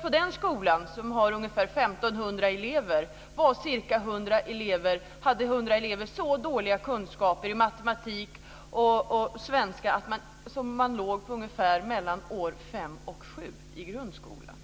På den skolan, som har ungefär 1 500 elever, hade 100 elever så dåliga kunskaper i matematik och svenska att de vad beträffar kunskaper låg mellan årskurs 5 och 7 i grundskolan.